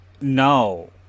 No